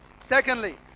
Secondly